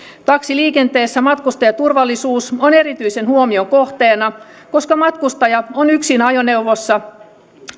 taksiliikenteessä matkustajaturvallisuus on erityisen huomion kohteena koska matkustaja on usein yksin ajoneuvossa